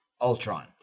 Ultron